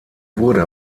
wurde